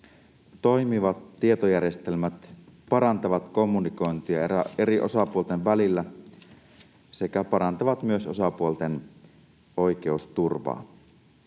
Toimivat tietojärjestelmät parantavat kommunikointia eri osapuolten välillä sekä parantavat myös osapuolten oikeusturvaa.